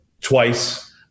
twice